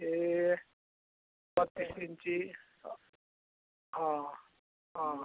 ए बत्तिस इन्ची